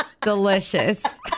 Delicious